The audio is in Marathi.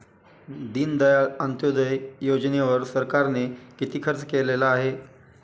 दीनदयाळ अंत्योदय योजनेवर सरकारने किती खर्च केलेला आहे?